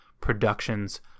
productions